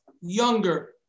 younger